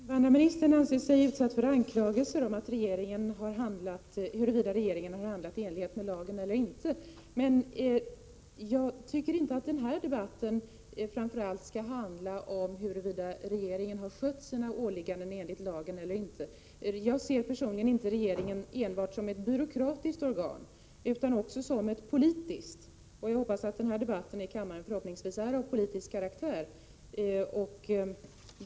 Herr talman! Invandrarministern anser sig vara utsatt för anklagelser och för ifrågasättande huruvida regeringen har handlat i enlighet med lagen eller inte. Jag tycker emellertid inte att denna debatt framför allt skall handla om huruvida regeringen har skött sina åligganden enligt lagen eller inte skött dem. Personligen ser jag inte regeringen enbart som ett byråkratiskt organ utan också som ett politiskt organ. Jag hoppas att denna debatt i kammaren är av politisk karaktär.